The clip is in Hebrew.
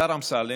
השר אמסלם,